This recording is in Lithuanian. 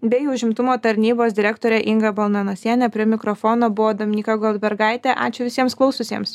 bei užimtumo tarnybos direktorė inga balnanosienė prie mikrofono buvo dominyka goldbergaitė ačiū visiems klausiusiems